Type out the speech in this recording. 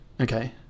okay